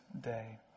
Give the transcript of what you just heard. day